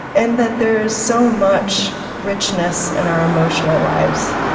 and that there is so much richness in our emotional lives,